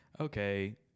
okay